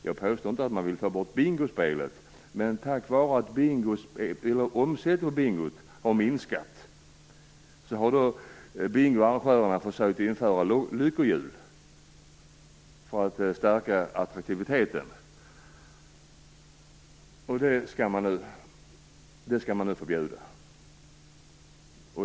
Jag påstår inte att man vill ta bort bingospelet, men genom att omsättningen på bingo minskat har bingoarrangörerna försökt införa s.k. lyckohjul för att stärka attraktiviteten. Det skall nu förbjudas.